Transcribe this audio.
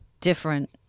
different